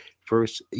first